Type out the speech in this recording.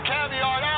Caviar